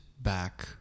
back